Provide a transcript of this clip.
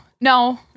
no